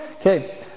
Okay